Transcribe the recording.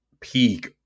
peak